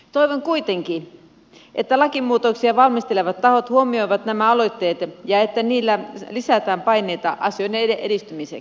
toivon kuitenkin että lakimuutoksia valmistelevat tahot huomioivat nämä aloitteet ja että niillä lisätään paineita asioiden edistymiseksi